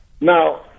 Now